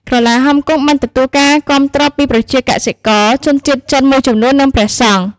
ក្រឡាហោមគង់បានទទួលការគាំទ្រពីប្រជាកសិករ ជនជាតិចិនមួយចំនួន និងព្រះសង្ឃ។